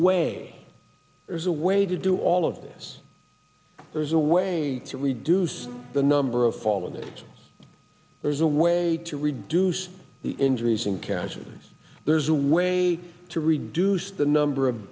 way there's a way to do all of this there's a way to reduce the number of fallen that there's a way to reduce the injuries and casualties there's a way to reduce the number of